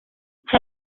hey